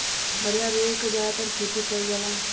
बढ़िया रुई क जादातर खेती कईल जाला